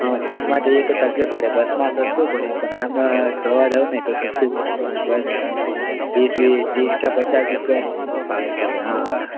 હં બસમાં જઈએ તો તકલીફ પડે બસમાં સસ્તું પડે પણ આમ જોવા જાઓ ને તો સસ્તું બસ વીસ ત્રીસ કે પચાસ રૂપિયા ભાડું થાય હા